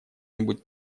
нибудь